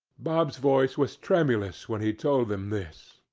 bob's voice was tremulous when he told them this,